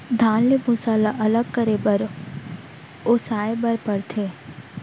धान ले भूसा ल अलग करे बर ओसाए बर परथे